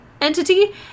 entity